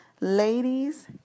Ladies